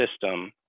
system